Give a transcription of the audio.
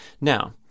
Now